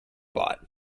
bought